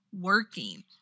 working